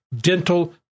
dental